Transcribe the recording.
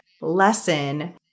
lesson